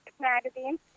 Magazine